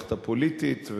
ובמערכת הפוליטית.